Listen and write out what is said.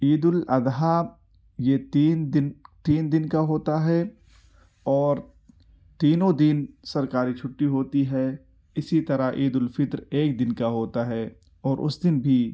عید الاضحیٰ یہ تین دن تین دن کا ہوتا ہے اور تینوں دن سركاری چھٹّی ہوتی ہے اسی طرح عید الفطر ایک دن كا ہوتا ہے اور اس دن بھی